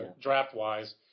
draft-wise